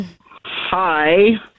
Hi